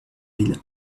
ville